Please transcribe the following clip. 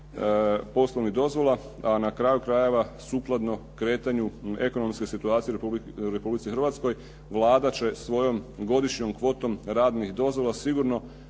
poslovnih dozvola a na kraju krajeva sukladno kretanju ekonomske situacije Republici Hrvatskoj Vlade će svojom godišnjom kvotom radnih dozvola sigurno